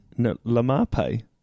Lamape